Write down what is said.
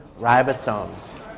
ribosomes